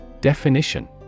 Definition